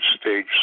stage